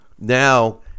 Now